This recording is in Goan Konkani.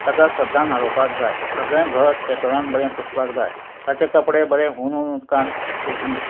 ताका सद्दां न्हाणोवपाक जाय सगळें घर डॅटॉलान बरें पुसपाक जाय ताचे कपडे बरें हून हून उदकान पुस